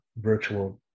virtual